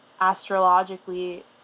astrologically